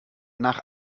nach